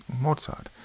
Mozart